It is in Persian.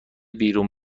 بیرون